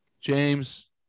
James